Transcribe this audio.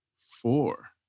four